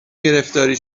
گرفتاری